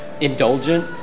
indulgent